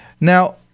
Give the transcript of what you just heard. Now